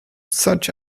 such